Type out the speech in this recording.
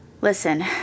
Listen